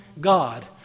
God